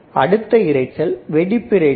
அடுத்த இரைச்சல் வெடிப்பு இரைச்சல்